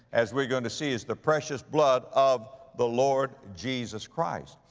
as we're going to see, is the precious blood of the lord jesus christ.